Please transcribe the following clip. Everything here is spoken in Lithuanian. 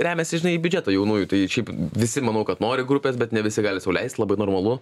remiasi žinai į biudžetą jaunųjų tai šiaip visi manau kad nori grupės bet ne visi gali sau leist labai normalu